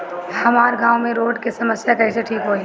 हमारा गाँव मे रोड के समस्या कइसे ठीक होई?